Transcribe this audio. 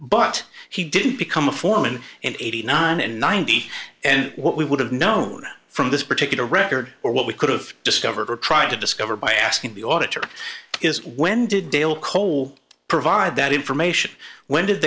but he didn't become a foreman and eighty nine and ninety and what we would have known from this particular record or what we could've discovered or tried to discover by asking the auditor is when did dale cole provide that information when did